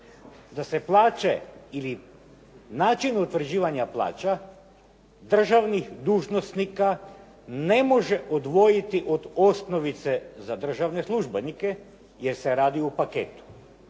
da se plaće ili način utvrđivanja plaća državnih dužnosnika ne može odvojiti od osnovice za državne službenike jer se radi u paketu.